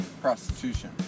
Prostitution